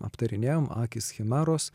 aptarinėjam akys chimeros